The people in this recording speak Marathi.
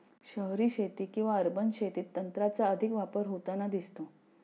शहरी शेती किंवा अर्बन शेतीत तंत्राचा अधिक वापर होताना दिसतो